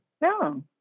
No